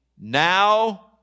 now